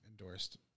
endorsed